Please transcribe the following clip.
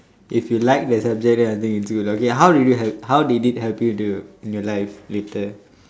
if you like the subject then I think it's good lah okay how did you help how did it help you to in your life later